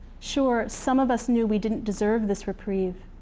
sure, some of us knew we didn't deserve this reprieve.